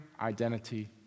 identity